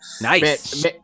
nice